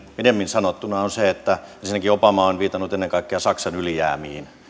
pidemmin sanottuna se että ensinnäkin obama on viitannut ennen kaikkea saksan ylijäämiin